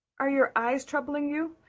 are your eyes troubling you?